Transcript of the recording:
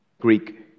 Greek